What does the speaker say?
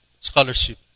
scholarship